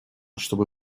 чтобы